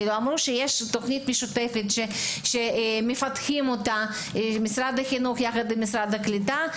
אמרו שיש תוכנית משותפת שמפתחים אותה משרד החינוך עם משרד הקליטה.